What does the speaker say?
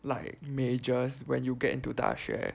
like majors when you get into 大学